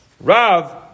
Rav